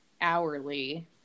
hourly